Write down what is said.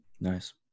Nice